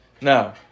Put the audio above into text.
Now